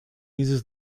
uses